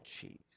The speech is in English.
cheese